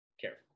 careful